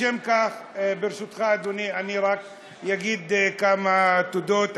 לשם כך, ברשותך, אדוני, אני רק אגיד כמה תודות.